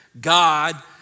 God